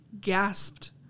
gasped